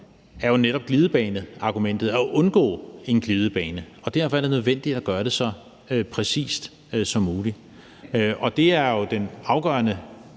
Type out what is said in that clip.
i forhold til at undgå en glidebane, og derfor er det nødvendigt at gøre det så præcist som muligt. Og det er jo den afgørende